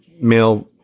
male